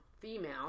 female